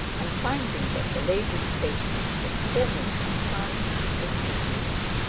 and finding that the lady's statement was formally confirmed, he took his leave.